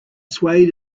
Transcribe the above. swayed